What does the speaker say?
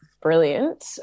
brilliant